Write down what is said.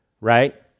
right